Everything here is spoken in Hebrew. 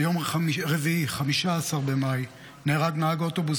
ביום רביעי 15 במאי נהרג נהג אוטובוס